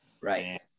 Right